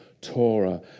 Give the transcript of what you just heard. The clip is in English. Torah